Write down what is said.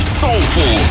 soulful